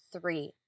three